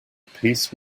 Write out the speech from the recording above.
peace